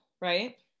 right